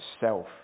self